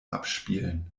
abspielen